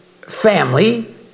family